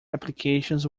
applications